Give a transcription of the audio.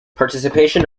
participation